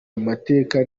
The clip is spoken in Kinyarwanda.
amateka